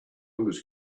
was